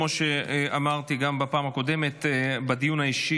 כמו שאמרתי גם בפעם הקודמת בדיון האישי,